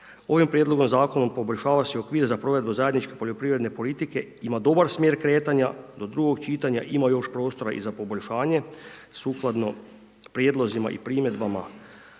ovim prijedlogom zakona poboljšava se okvir za provedbu zajedničke poljoprivrede politike, ima dobar smjer kretanja, do drugog čitanja ima još prostora za poboljšanje, sukladno prijedlozima i primjedbama